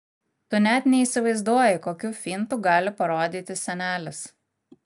tu net neįsivaizduoji kokių fintų gali parodyti senelis